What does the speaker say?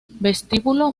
vestíbulo